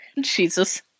Jesus